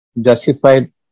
justified